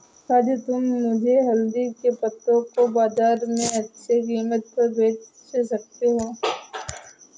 राजू तुम मुझे हल्दी के पत्तों को बाजार में अच्छे कीमत पर बेच सकते हो